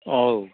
औ